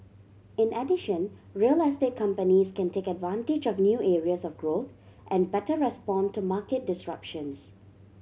in addition real estate companies can take advantage of new areas of growth and better respond to market disruptions